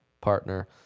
partner